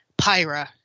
Pyra